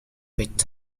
picked